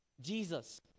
Jesus